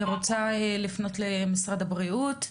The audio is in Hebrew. אני רוצה לפנות למשרד הבריאות,